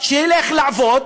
שילך לעבוד